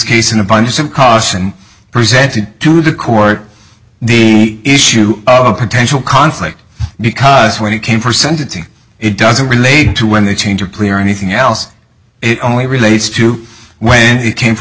case an abundance of caution presented to the court the issue of potential conflict because when it came for sentencing it doesn't relate to when the change of plea or anything else it only relates to when he came for